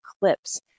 clips